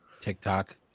TikTok